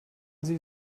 sie